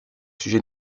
sujet